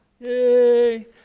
yay